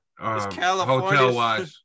California